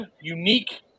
unique